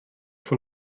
von